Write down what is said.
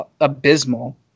abysmal